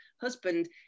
husband